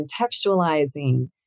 contextualizing